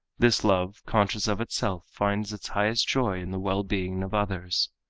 this love conscious of itself finds its highest joy in the well-being of others.